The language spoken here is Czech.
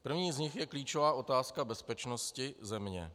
První z nich je klíčová otázka bezpečnosti země.